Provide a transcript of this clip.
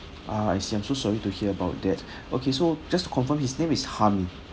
ah I see I'm so sorry to hear about that okay so just to confirm his name is Hami